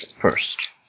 first